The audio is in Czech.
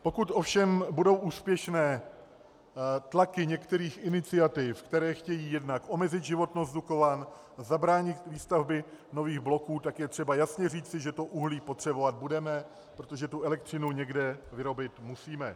Pokud ovšem budou úspěšné tlaky některých iniciativ, které chtějí jednak omezit životnost Dukovan a zabránit výstavbě nových bloků, tak je třeba jasně říci, že to uhlí potřebovat budeme, protože elektřinu někde vyrobit musíme.